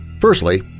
Firstly